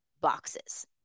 boxes